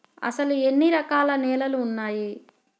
అసలు ఎన్ని రకాల నేలలు వున్నాయి?